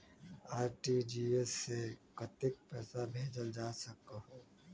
RTGS से कतेक पैसा भेजल जा सकहु???